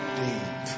deep